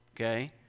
Okay